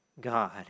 God